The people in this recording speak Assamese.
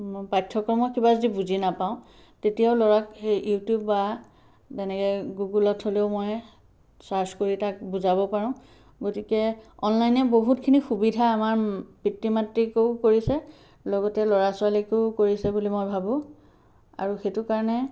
মই পাঠ্যক্ৰমৰ কিবা যদি বুজি নাপাওঁ তেতিয়াও ল'ৰাক সেই ইউটিউব বা তেনেকৈ গুগলত হ'লেও মই ছাৰ্চ কৰি তাক বুজাব পাৰো গতিকে অনলাইনে বহুতখিনি সুবিধা আমাৰ পিতৃ মাতৃকো কৰিছে লগতে ল'ৰা ছোৱালীকো কৰিছে বুলি মই ভাবো আৰু সেইটো কাৰণে